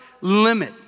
limit